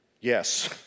yes